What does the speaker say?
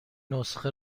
نسخه